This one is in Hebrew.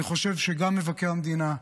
אני חושב שגם מבקר המדינה,